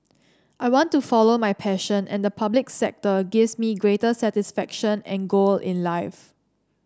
I want to follow my passion and the public sector gives me greater satisfaction and goal in life